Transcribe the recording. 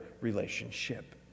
relationship